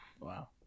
wow